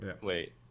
Wait